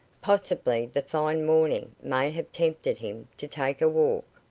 possibly the fine morning may have tempted him to take a walk.